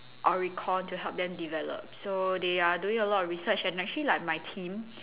Oricon to help them develop so they are doing a lot of research and actually like my team